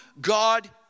God